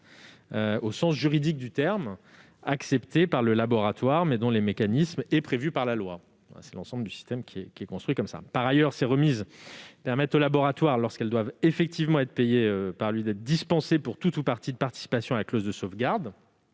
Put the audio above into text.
au sens juridique du terme, acceptées par le laboratoire, mais dont le mécanisme est prévu par la loi. C'est l'ensemble du système qui est construit ainsi. Par ailleurs, ces remises permettent aux laboratoires, lorsqu'ils doivent effectivement les payer, d'être dispensés pour tout ou partie de participation à la clause de sauvegarde,